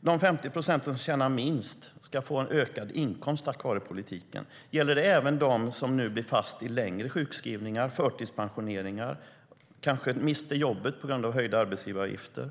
De 50 procent som tjänar minst ska få en ökad inkomst tack vare politiken. Gäller det även dem som nu blir fast i längre sjukskrivningar eller i förtidspensioneringar och dem som kanske mister jobbet på grund av höjda arbetsgivaravgifter?